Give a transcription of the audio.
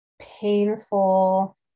painful